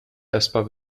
essbar